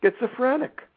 schizophrenic